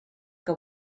que